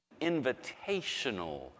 invitational